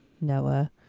Noah